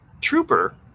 trooper